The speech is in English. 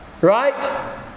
Right